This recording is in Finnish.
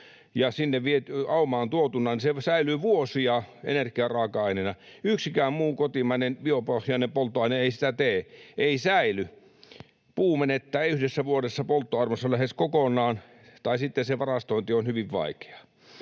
ja sinne aumaan tuotuna — vuosia energian raaka-aineena. Yksikään muu kotimainen biopohjainen polttoaine ei sitä tee, ei säily. Puu menettää yhdessä vuodessa polttoarvonsa lähes kokonaan, tai sitten sen varastointi on hyvin vaikeaa.